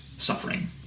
suffering